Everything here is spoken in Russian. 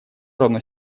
равно